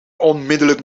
onmiddelijk